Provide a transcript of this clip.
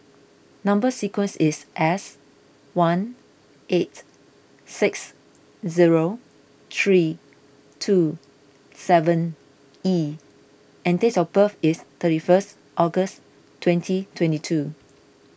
Number Sequence is S one eight six zero three two seven E and date of birth is thirty first August twenty twenty two